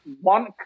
one